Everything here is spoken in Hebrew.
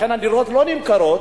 לכן הדירות לא נמכרות,